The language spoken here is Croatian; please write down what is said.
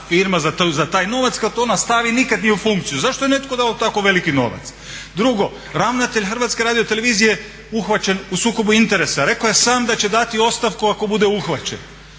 firma za taj novac, kad ona nikad u funkciju nije stavljena? Zašto je netko dao tako veliki novac? Drugo, ravnatelj HRT-a je uhvaćen u sukobu interesa. Rekao je sam da će dati ostavku ako bude uhvaćen,